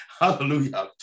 Hallelujah